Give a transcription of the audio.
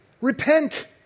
repent